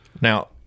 Now